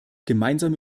gemeinsam